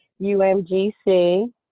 UMGC